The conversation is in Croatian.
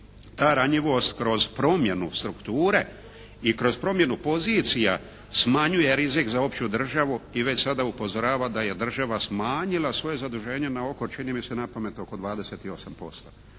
ta ranjivost kroz promjenu strukture i kroz promjenu pozicija smanjuje rizik za opću državu i već sada upozorava da je država smanjila svoje zaduženje na oko čini mi se napamet oko 28%,